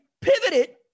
pivoted